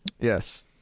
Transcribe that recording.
Yes